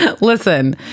Listen